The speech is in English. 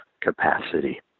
capacity